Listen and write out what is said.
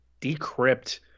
decrypt